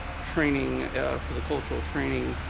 training for the cultural training.